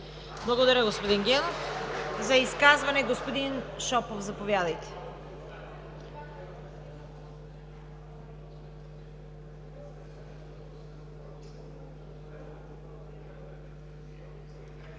Благодаря, господин Генов. За изказване – господин Шопов, заповядайте.